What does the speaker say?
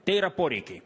tai yra poreikiai